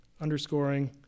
underscoring